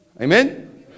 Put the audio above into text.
Amen